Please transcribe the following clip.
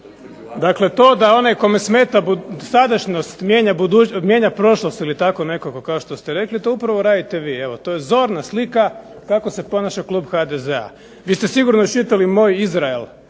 Dakle to da onaj kome smeta sadašnjost, mijenja prošlost ili tako nekako kao što ste rekli, to upravo radite vi. Evo to je zorna slika kako se ponaša klub HDZ-a. Vi ste sigurno iščitali moj Izrael